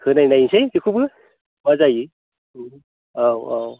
होनायनायनोसै बेखौबो मा जायो औ औ